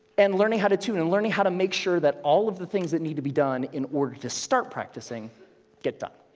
and learning how to tune, and learning how to make sure that all of the things that need to be done in order to start practicing get done,